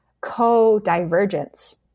co-divergence